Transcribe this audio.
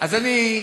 אז אני,